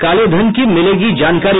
कालेधन की मिलेगी जानकारी